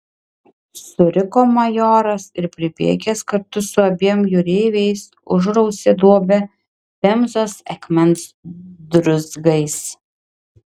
suriko majoras ir pribėgęs kartu su abiem jūreiviais užrausė duobę pemzos akmens druzgais